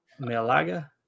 Melaga